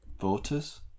voters